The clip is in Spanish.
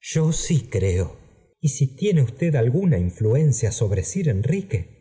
yo si creo y si tiene usted alguna influencia aobre sir enrique